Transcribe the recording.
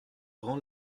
ran